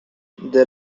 there